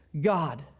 God